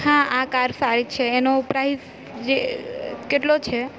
હા આ કાર સારી છે એનો પ્રાઇસ જે કેટલો છે